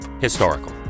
historical